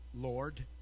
Lord